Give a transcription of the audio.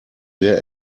sehr